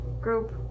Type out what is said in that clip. group